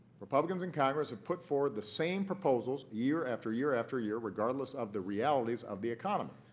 republicans in congress have put forward the same proposals year after year after year, regardless of the realities of the economy.